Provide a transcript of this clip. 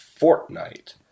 Fortnite